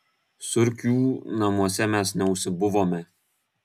surkių namuose mes neužsibuvome